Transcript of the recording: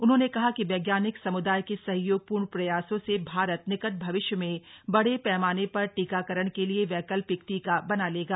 उन्होंने कहा कि वैज्ञानिक समुदाय के सहयोगपूर्ण प्रयासों से भारत निकट भविष्य में बड़े पैमाने पर टीकाकरण के लिए वैकल्पिक टीका बना लेगा